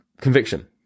conviction